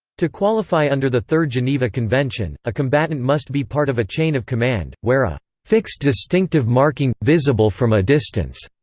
to qualify under the third geneva convention, a combatant must be part of a chain of command, wear a fixed distinctive marking, visible from a distance,